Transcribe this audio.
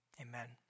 Amen